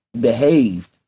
behaved